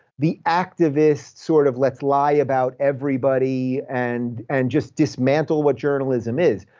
the activist, sort of let's lie about everybody and and just dismantle what journalism is.